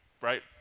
right